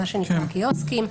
מה שנקרא קיוסקים.